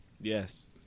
Yes